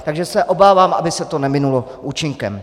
Takže se obávám, aby se to neminulo účinkem.